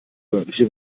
örtliche